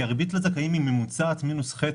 כי הריבית לזכאים היא ממוצעת מינוס חצי.